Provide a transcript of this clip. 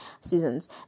seasons